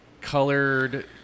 colored